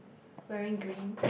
wearing green